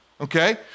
Okay